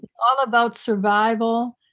all about survival,